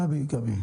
גבי,